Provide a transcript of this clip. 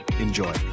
Enjoy